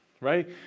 right